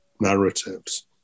narratives